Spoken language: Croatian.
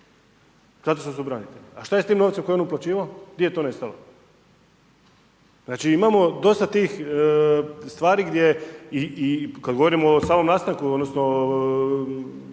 zato što su branitelji. A šta je s tim novcem koji je on uplaćivao? Gdje je to nestalo? Znači imamo dosta tih stvari gdje, kad govorimo o samom nastanku odnosno